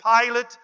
Pilate